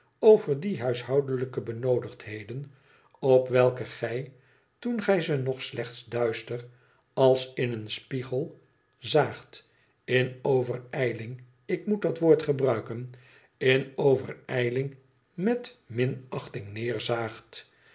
over die huishoudelijke benoodigdheden op welke gij toen gij ze nog slechts duister als in een spiegel zaagt in overijling ik moet dat woord gebruiken in overijling met minachting neerzaagt